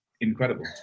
incredible